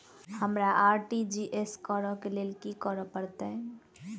हमरा आर.टी.जी.एस करऽ केँ लेल की करऽ पड़तै?